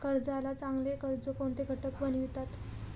कर्जाला चांगले कर्ज कोणते घटक बनवितात?